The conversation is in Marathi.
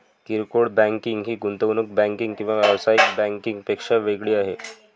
किरकोळ बँकिंग ही गुंतवणूक बँकिंग किंवा व्यावसायिक बँकिंग पेक्षा वेगळी आहे